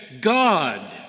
God